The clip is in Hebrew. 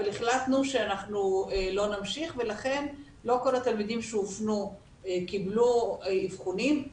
אבל החלטנו שלא נמשיך ולכן לא כל התלמידים שהופנו קיבלו אבחונים,